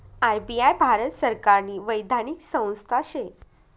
RBI Bharat सरकारनी वैधानिक संस्था शे